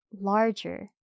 larger